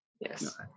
Yes